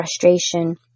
frustration